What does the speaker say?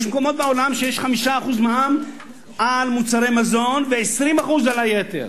יש מקומות בעולם שיש 5% מע"מ על מוצרי מזון ו-20% על היתר.